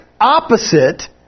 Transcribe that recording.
opposite